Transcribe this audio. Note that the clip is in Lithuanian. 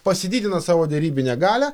pasididina savo derybinę galią